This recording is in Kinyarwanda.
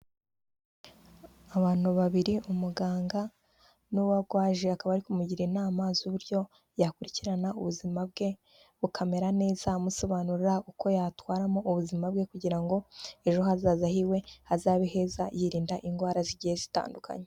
Abantu babiri: umuganga n'wo arwaje, akaba ari kumugira inama z'uburyo yakurikirana ubuzima bwe bukamera neza amusobanurira uko yatwaramo ubuzima bwe kugira ngo ejo hazaza hiwe hazabe heza, yirinda indwara zigihe zitandukanye.